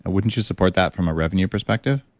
and wouldn't you support that from a revenue perspective?